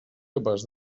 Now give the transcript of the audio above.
capaç